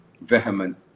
vehement